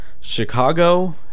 chicago